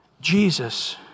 Jesus